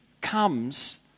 comes